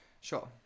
Sure